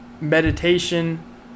meditation